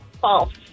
False